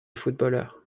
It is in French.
footballeur